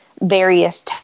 various